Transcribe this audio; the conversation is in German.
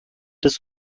des